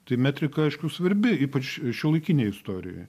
tai metrika aišku svarbi ypač šiuolaikinėj istorijoj